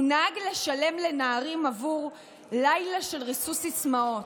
הוא נהג לשלם לנערים עבור לילה של ריסוס סיסמאות.